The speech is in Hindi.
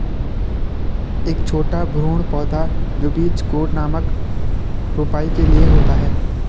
एक छोटा भ्रूण पौधा जो बीज कोट नामक रोपाई के लिए होता है